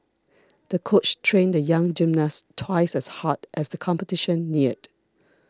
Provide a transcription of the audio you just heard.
the coach trained the young gymnast twice as hard as the competition neared